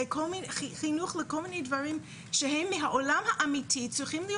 וחינוך לכל מיני דברים שהם מהעולם האמיתי צריכים להיות